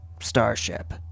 starship